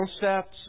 concepts